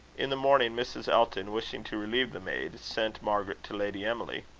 in the morning mrs. elton, wishing to relieve the maid, sent margaret to lady emily.